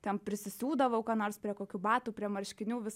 ten prisisiūdavau ką nors prie kokių batų prie marškinių vis